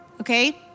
Okay